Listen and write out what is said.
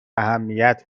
اهمیت